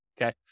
okay